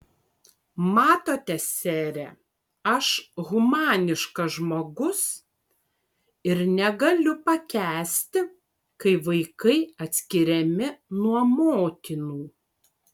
matote sere aš humaniškas žmogus ir negaliu pakęsti kai vaikai atskiriami nuo motinų